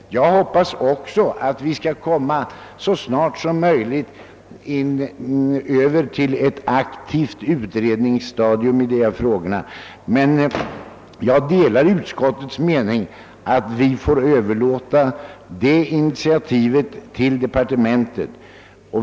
Jag hoppas också att vi så snart som möjligt skall komma över till ett aktivt utredningsstadium. Men jag delar utskottets mening att vi får överlåta det initiativet till departementet.